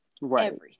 Right